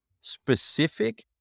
specific